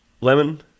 Lemon